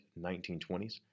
1920s